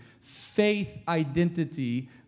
faith-identity